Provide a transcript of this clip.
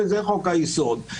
וזה חוק-היסוד.